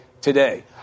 today